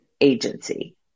agency